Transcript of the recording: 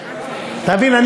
אתה מבין?